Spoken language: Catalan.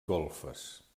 golfes